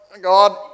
God